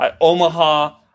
Omaha